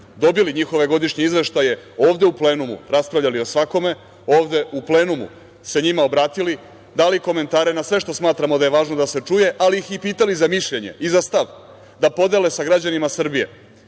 dobili njihove godišnje izveštaje, ovde u plenumu raspravljali o svakome, ovde u plenumu se njima obratili, dali komentare na sve što smatramo da je važno da se čuje, ali ih pitali za mišljenje i za stav da podele sa građanima Srbije,